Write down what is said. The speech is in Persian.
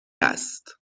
است